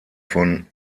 von